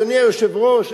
אדוני היושב-ראש,